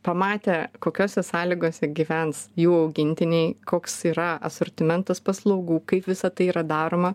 pamatę kokiose sąlygose gyvens jų augintiniai koks yra asortimentas paslaugų kaip visa tai yra daroma